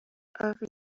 over